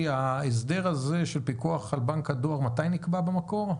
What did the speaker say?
ההסדר הזה של פיקוח על בנק הדואר, מתי נקבע במקור?